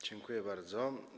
Dziękuję bardzo.